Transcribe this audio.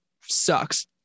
Sucks